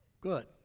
Good